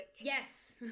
yes